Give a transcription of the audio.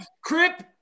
Crip